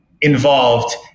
involved